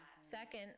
Second